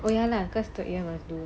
oh ya lah because the young man